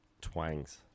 twangs